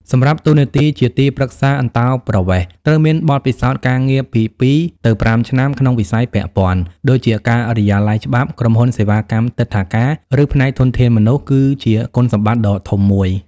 សម្រាប់តួនាទីជាទីប្រឹក្សាអន្តោប្រវេសន៍ ត្រូវមានបទពិសោធន៍ការងារពី ២ទៅ៥ ឆ្នាំក្នុងវិស័យពាក់ព័ន្ធ ដូចជាការិយាល័យច្បាប់ ក្រុមហ៊ុនសេវាកម្មទិដ្ឋាការ ឬផ្នែកធនធានមនុស្ស គឺជាគុណសម្បត្តិដ៏ធំមួយ។